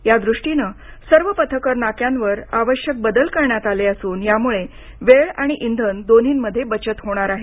या दृष्टीने सर्व पथकर नाक्यांवर आवश्यक बदल करण्यात आले असून यामुळे वेळ आणि इंधन दोन्हीमध्ये बचत होणार आहे